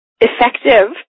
effective